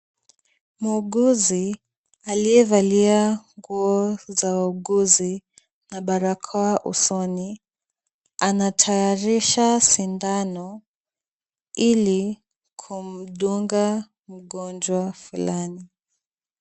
Muuguzi aliyevalia nguo za wauguzi na barakoa usoni anatayarisha sindano ili kumdunga mgonjwa fulani.